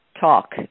talk